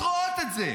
המשפחות רואות את זה.